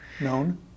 known